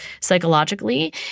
psychologically